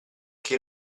che